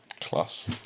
Class